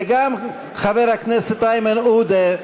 וגם חבר הכנסת איימן עודה.